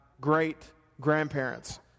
great-grandparents